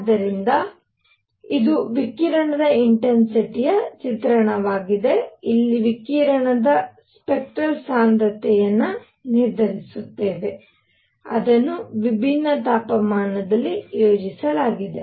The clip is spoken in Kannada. ಆದ್ದರಿಂದ ಇದು ವಿಕಿರಣದ ಇಂಟೆನ್ಸಿಟಿ ಯ ಚಿತ್ರಣವಾಗಿದೆ ಇಲ್ಲಿ ವಿಕಿರಣದ ಸ್ಪೆಕ್ಟರಲ್ ಸಾಂದ್ರತೆಯನ್ನು ನಿರ್ಧರಿಸುತ್ತೇನೆ ಅದನ್ನು ವಿಭಿನ್ನ ತಾಪಮಾನದಲ್ಲಿ ಯೋಜಿಸಲಾಗಿದೆ